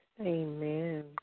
Amen